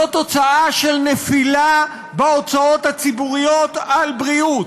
זה תוצאה של נפילה בהוצאות הציבוריות על בריאות.